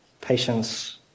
Patience